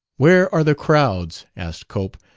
where are the crowds? asked cope,